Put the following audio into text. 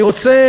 אני רוצה,